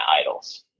idols